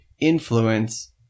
influence